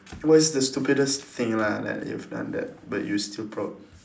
what is the stupidest thing lah that you've done that but you're still proud